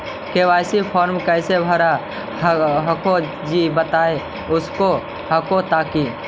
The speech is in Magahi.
के.वाई.सी फॉर्मा कैसे भरा हको जी बता उसको हको तानी?